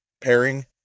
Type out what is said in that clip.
pairing